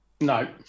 No